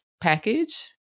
package